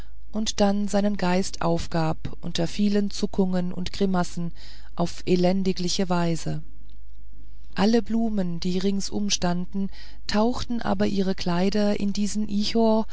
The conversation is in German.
und dann seinen geist aufgab unter vielen zuckungen und grimassen auf elendigliche weise alle blumen die ringsum standen tauchten aber ihre kleider in diesen ichor